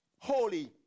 holy